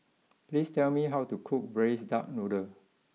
please tell me how to cook Braised Duck Noodle